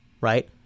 right